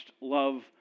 love